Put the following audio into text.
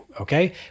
Okay